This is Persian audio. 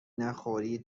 نخوری